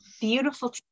beautiful